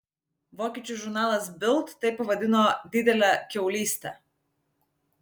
vokiečių žurnalas bild tai pavadino didele kiaulyste